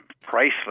priceless